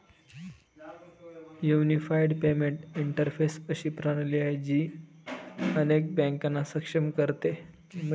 unified payment interface अशी प्रणाली आहे, जी अनेक बँकांना सक्षम करते